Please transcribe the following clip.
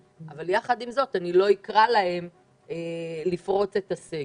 אבל יחד עם זאת אני לא אקרא להם לפרוץ את הסגר.